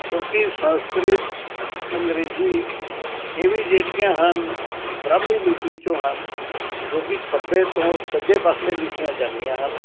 ਕਿਉਂਕਿ ਸੰਸਕ੍ਰਿਤ ਅੰਗਰੇਜ਼ੀ ਇਹ ਵੀ ਜਿਹੜੀਆਂ ਹਨ ਬ੍ਰਹਮੀ ਲਿਪੀ ਚੋਂ ਹਨ ਜੋ ਕਿ ਖੱਬੇ ਤੋਂ ਸੱਜੇ ਪਾਸੇ ਲਿਖੀਆਂ ਜਾਂਦੀਆਂ ਹਨ